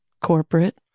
corporate